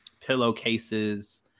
pillowcases